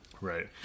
Right